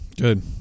Good